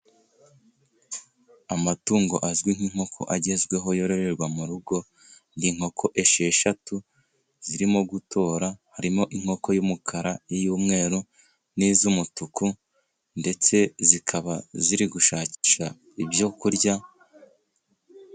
Amatungo azwi nk'inkoko agezweho yororerwa mu rugo, ni inkoko esheshatu zirimo gutora harimo inkoko y'umukara, iy'umweru n'iz'umutuku ndetse zikaba ziri gushakisha ibyo kurya.